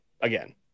again